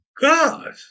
God